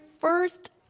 first